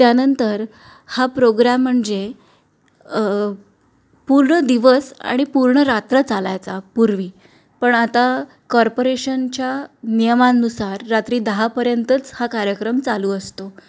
त्यानंतर हा प्रोग्रॅम म्हणजे पूर्ण दिवस आणि पूर्ण रात्र चालायचा पूर्वी पण आता कॉर्पोरेशनच्या नियमानुसार रात्री दहापर्यंतच हा कार्यक्रम चालू असतो